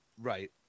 Right